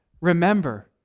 remember